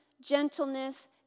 gentleness